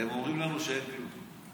והם אומרים לנו שאין כלום.